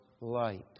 light